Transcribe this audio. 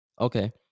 Okay